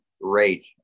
rate